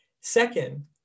Second